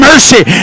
Mercy